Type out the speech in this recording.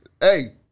hey